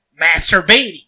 masturbating